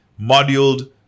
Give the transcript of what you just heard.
moduled